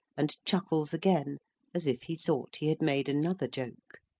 and chuckles again as if he thought he had made another joke.